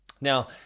Now